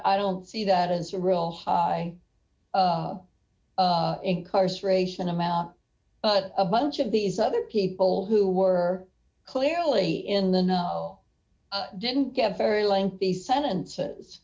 i don't see that as a real high incarceration amount but a bunch of these other people who were clearly in the know didn't get very lengthy sentences